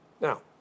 Now